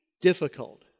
difficult